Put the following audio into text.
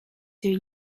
two